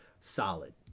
solid